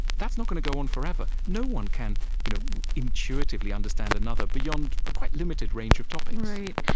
that's not going to go on forever. no one can you know intuitively understand another beyond a quite limited range of topics right.